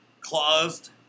closed